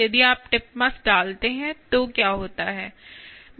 यदि आप टिप मास डालते हैं तो क्या होता है